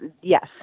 yes